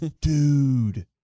Dude